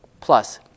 plus